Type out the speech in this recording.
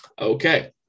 Okay